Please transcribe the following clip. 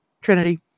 trinity